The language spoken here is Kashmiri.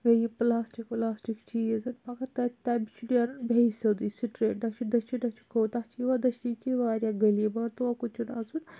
بیٚیہِ یِم پٕلاسٹِک وٕلاسٹِک چیٖز مگر تَتہِ تمہِ چھُ نیرُن بیٚیہِ سیٚودُے سٹریٹ دٔچھِنۍ دٔچھِنۍ تَتھ چھِ یِوان دٔچھِنِۍ کِنۍ واریاہ گٔلِی مگر توکُن چھُنہٕ اَژن